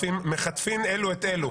מכתפין אלו את אלו.